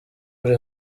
uri